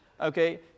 Okay